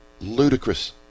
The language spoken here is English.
ludicrous